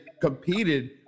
competed